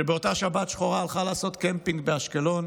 שבאותה שבת שחורה הלכה לעשות קמפינג באשקלון.